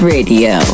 Radio